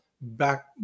back